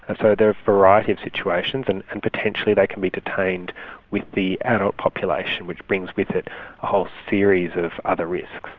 and so there are a variety of situations, and and potentially they can be detained with the adult population, which brings with it a whole series of other risks.